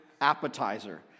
appetizer